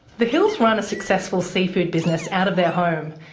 the hills run a successful seafood business out of their home.